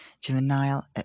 juvenile